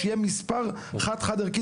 שיהיה מספר חד-חד-ערכי.